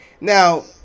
Now